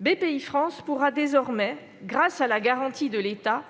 Bpifrance pourra désormais, grâce à la garantie de l'État,